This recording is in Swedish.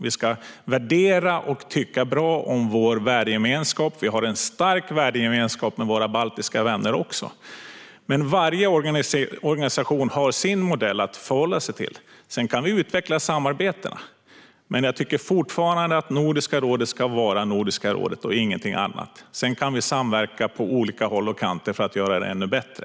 Vi ska värdesätta och tycka bra om vår värdegemenskap. Vi har en stark värdegemenskap med våra baltiska vänner också, men varje organisation har sin modell att förhålla sig till. Vi kan utveckla samarbetena, men jag tycker fortfarande att Nordiska rådet ska vara Nordiska rådet och ingenting annat. Sedan kan vi samverka på olika håll och kanter för att göra det ännu bättre.